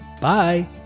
bye